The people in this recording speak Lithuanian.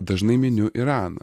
dažnai miniu iraną